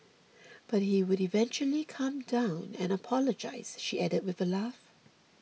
but he would eventually calm down and apologise she added with a laugh